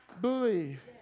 believe